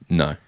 no